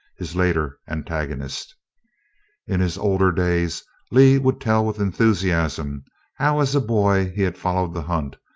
his later antagonist in his older days lee would tell with enthusiasm how as a boy he had followed the hunt,